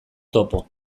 topo